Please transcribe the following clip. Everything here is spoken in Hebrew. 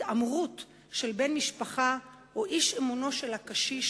התעמרות של בן משפחה או איש אמונו של הקשיש,